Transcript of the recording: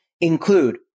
include